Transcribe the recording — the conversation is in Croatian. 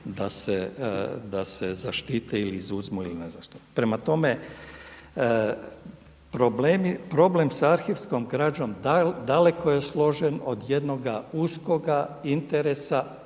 da se zaštiti ili izuzmu ili ne znam što. Prema tome, problem sa arhivskom građom daleko je složen od jednoga uskoga interesa